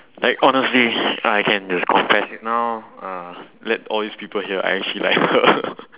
like honestly I can just confess it now uh let all this people hear I actually like her